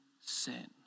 sin